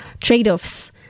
trade-offs